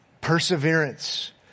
Perseverance